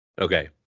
Okay